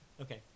Okay